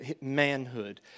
manhood